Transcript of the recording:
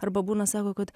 arba būna sako kad